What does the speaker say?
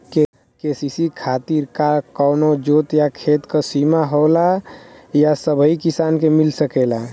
KCC खातिर का कवनो जोत या खेत क सिमा होला या सबही किसान के मिल सकेला?